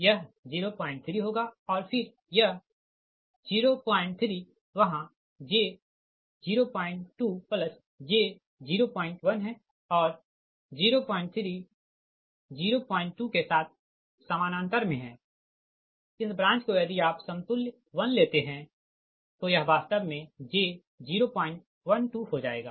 यह 03 होगा और फिर यह 03 वहाँ j02 j01 है और 03 02 के साथ समानांतर में हैं इस ब्रांच को यदि आप समतुल्य 1 लेते हैं तो यह वास्तव में j 012 हो जाएगा